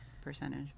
percentage